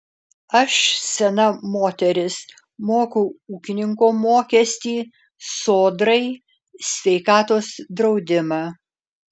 aš sena moteris moku ūkininko mokestį sodrai sveikatos draudimą